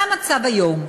מה המצב היום?